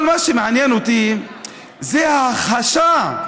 אבל מה שמעניין אותי זה ההכחשה.